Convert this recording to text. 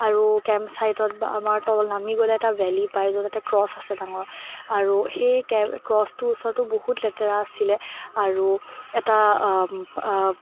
আৰু কেম্প ছাইটত আমাৰ তললৈ নামিবলৈ এটা ভেলী পায় য'ত এটা ক্ৰছ আছে ডাঙৰ আৰু সেই কে ক্ৰছতোৰ ওচৰতো বহুত লেতেৰা আছিলে আৰু এটা